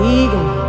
eagle